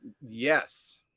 Yes